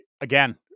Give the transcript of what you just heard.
again